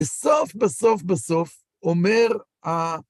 בסוף, בסוף, בסוף אומר ה...